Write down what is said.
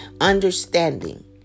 Understanding